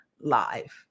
live